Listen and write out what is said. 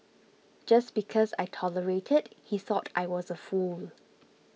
just because I tolerated he thought I was a fool